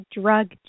drug